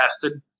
tested